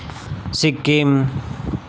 Sikkim